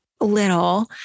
little